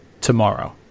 tomorrow